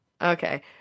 okay